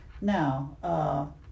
Now